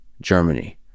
Germany